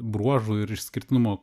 bruožų ir išskirtinumo